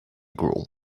groom